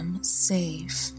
safe